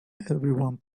everyone